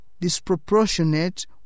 disproportionate